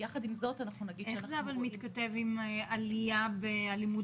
אבל איך זה מתכתב עם עלייה באלימות